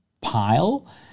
pile